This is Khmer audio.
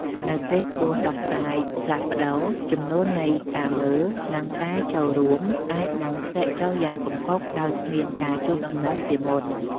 នៅពេលក្បួនដោះស្រាយផ្លាស់ប្តូរ ចំនួននៃការមើល និងការចូលរួម អាចនឹងធ្លាក់ចុះយ៉ាងគំហុកដោយគ្មានការជូនដំណឹងជាមុន។